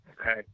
Okay